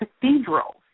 cathedrals